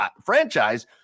franchise